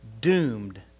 doomed